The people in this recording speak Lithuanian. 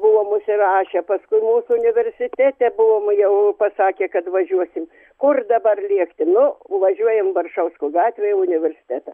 buvom užsirašę paskui mūsų universitete buvom jau pasakę kad važiuosim kur dabar lėkti nu važiuojam baršausko gatvėj universitetą